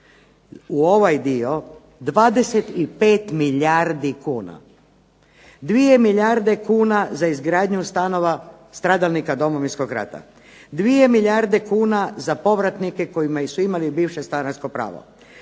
u ovaj dio 25 milijardi kuna. 2 milijarde kuna za izgradnju stanova stradalnika Domovinskog rata, 2 milijarde kuna za povratnike koji su imali bivše stanarsko pravo.